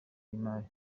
y’imari